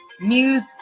news